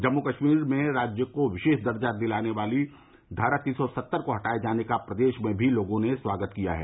जम्मू कश्मीर में राज्य को विशेष दर्जा दिलाने वाली धारा तीन सौ सत्तर के हटाये जाने का प्रदेश में भी लोगों ने स्वागत किया है